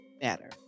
better